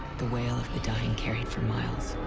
the wail of the dying carried for miles.